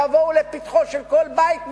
יבואו לפתחו של כל בית שלכם,